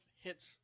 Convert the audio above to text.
hits